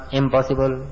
impossible।